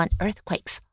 earthquakes 。